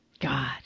God